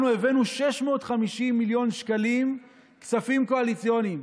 אנחנו הבאנו 650 מיליון שקלים כספים קואליציוניים.